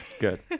good